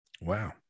Wow